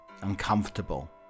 uncomfortable